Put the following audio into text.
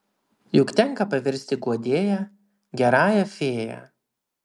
juk tenka pavirsti guodėja gerąją fėja